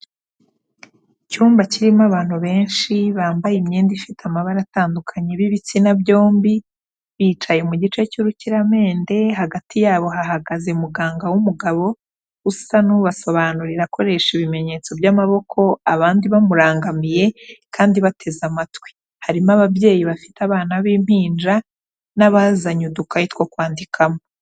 Icyumba kirimo abantu benshi bambaye imyenda ifite amabara atandukanye b'ibitsina byombi, bicaye mu gice cy'urukiramende, hagati yabo hahagaze muganga w'umugabo, usa n'ubasobanurira akoresha ibimenyetso by'amaboko, abandi bamurangamiye kandi bateze amatwi. Harimo ababyeyi bafite abana b'impinja n'abazanye udukayi two kwandikamo.